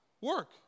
work